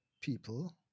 people